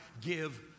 give